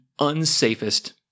unsafest